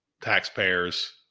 taxpayers